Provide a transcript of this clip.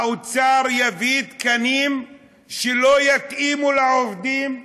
האוצר יביא תקנים שלא יתאימו לעובדים.